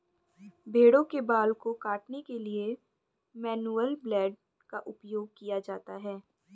भेड़ों के बाल को काटने के लिए मैनुअल ब्लेड का उपयोग किया जाता है